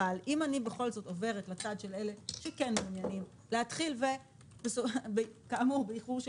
אבל אם אני עוברת לצד של אלה שכן מעוניינים באיחור של